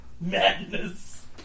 Madness